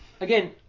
Again